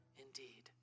indeed